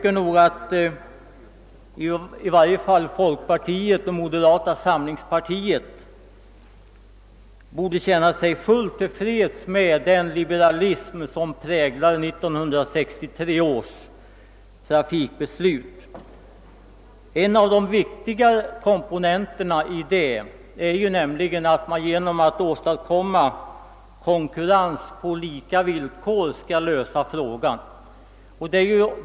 Jag anser att i varje fall folkpartiet och moderata samlingspartiet borde känna sig fullt till freds med den liberalism som präglar 1963 års trafikbeslut. En av de viktigare komponenterna i detta är nämligen, att man genom att åstadkomma konkurrens på lika villkor skall lösa frågan.